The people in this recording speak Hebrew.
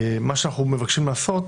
מה שאנחנו מבקשים לעשות